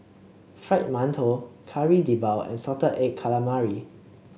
Fried Mantou Kari Debal and Salted Egg Calamari